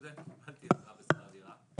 הדירה.